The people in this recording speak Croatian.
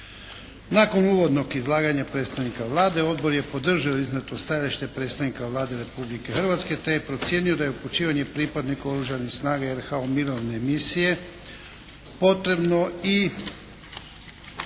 Nakon uvodnog izlaganja predstavnika Vlade Odbor je podržao iznijeto stajalište predstavnika Vlade Republike Hrvatske te je procijenio da je upućivanje pripadnika oružanih snaga RH u mirovine misije potrebno i